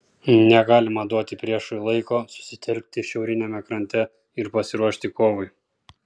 negalima duoti priešui laiko susitelkti šiauriniame krante ir pasiruošti kovai